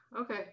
Okay